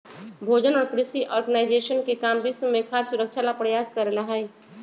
भोजन और कृषि ऑर्गेनाइजेशन के काम विश्व में खाद्य सुरक्षा ला प्रयास करे ला हई